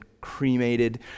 cremated